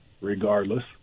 regardless